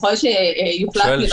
ככל שיוחלט לבצע --- לדיונים האלה